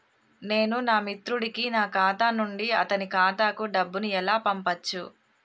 నేను నా మిత్రుడి కి నా ఖాతా నుండి అతని ఖాతా కు డబ్బు ను ఎలా పంపచ్చు?